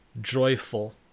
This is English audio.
joyful